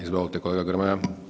Izvolite kolega Grmoja.